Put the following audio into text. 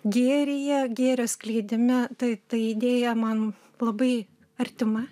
gėryje gėrio skleidime tai tai idėja man labai artima